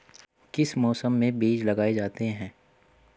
किस मौसम में बीज लगाए जाते हैं?